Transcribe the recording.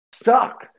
Stuck